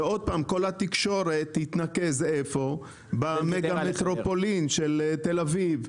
ושוב כל התקשורת תתנקז במטרופולין של תל-אביב.